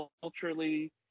culturally